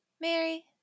Mary